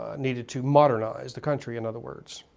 ah needed to modernize the country, in other words.